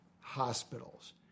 hospitals